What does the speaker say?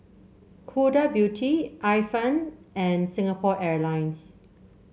Huda Beauty Ifan and Singapore Airlines